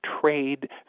trade